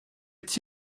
est